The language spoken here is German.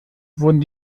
wurden